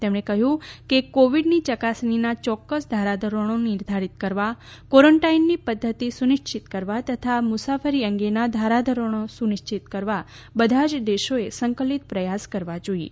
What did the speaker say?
તેમણે કહ્યું કે ક્રોવિડની ચકાસણીના ચોક્કસ ધારાધોરણો નિર્ધારીત કરવા ક્વોરન્ટાઈનની પદ્ધતિ સુનિશ્ચિત કરવા તથા મુસાફરી અંગેના ધારાધોરણો સુનિશ્ચિત કરવા બધા જ દેશોએ સંકલિત પ્રયાસ કરવા જોઈએ